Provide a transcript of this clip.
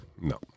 No